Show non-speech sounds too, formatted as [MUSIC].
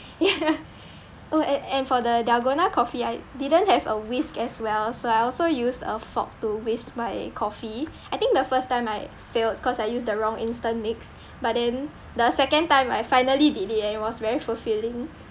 ya [LAUGHS] oh and and for the dalgona coffee I didn't have a whisk as well so I also used a fork to whisk my coffee I think the first time I failed cause I used the wrong instant mix but then the second time I finally did it and it was very fulfilling